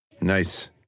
Nice